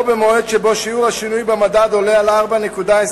או במועד שבו שיעור השינוי במדד עולה על 4.25%,